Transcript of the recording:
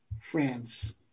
France